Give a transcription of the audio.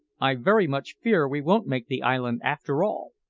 i very much fear we won't make the island after all.